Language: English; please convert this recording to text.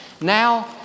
Now